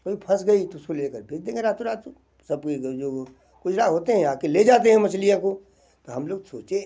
काेई फंस गई तो उसको लेकर बेच देंगे रातों रात सबके घर जो कुजरा होते हैं आके ले जाते हैं मछलियों को तो हम लोग सोचे